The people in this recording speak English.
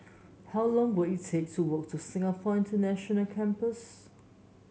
how long will it take to walk to Singapore International Campus